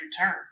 turn